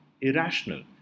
irrational